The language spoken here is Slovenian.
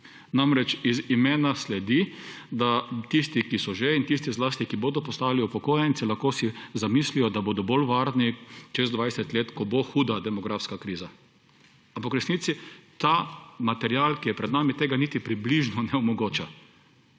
Namreč iz imena sledi, da tisti, ki so že in tisti zlasti, ki bodo postali upokojenci, lahko si zamislijo, da bodo bolj varni čez 20 let, ko bo huda demografska kriza, ampak v resnici ta material, ki je pred nami, tega niti približno ne omogoča.